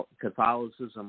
Catholicism